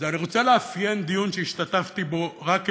אני רוצה לאפיין דיון שהשתתפתי בו רק אתמול,